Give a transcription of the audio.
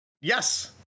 Yes